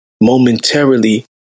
Momentarily